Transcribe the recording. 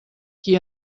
qui